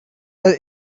that